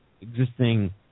existing